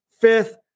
fifth